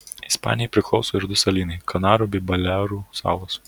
ispanijai priklauso ir du salynai kanarų bei balearų salos